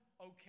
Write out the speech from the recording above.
okay